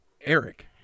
Eric